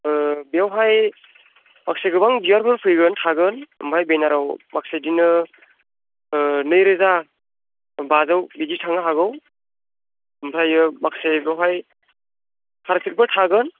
ओ बियावहाय माखसे गोबां बिबारबो फैगोन थागोन ओमफ्राय बेनाराव माखसे बिदिनो ओ नैरोजा बाजौ बिदि थांनो हागौ ओमफ्राय माखसे बेयावहाय पार्फेक्टबो थागोन